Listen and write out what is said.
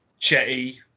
Chetty